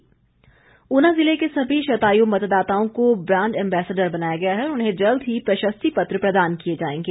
शतायु मतदाता ऊना जिले के सभी शतायू मतदाताओं को ब्रांड एंबेसडर बनाया गया है और उन्हें जल्द ही प्रशर्ति पत्र प्रदान किए जाएंगे